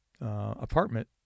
apartment